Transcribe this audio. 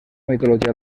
mitologia